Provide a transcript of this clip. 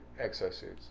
exosuits